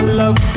love